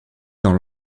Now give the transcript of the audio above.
dans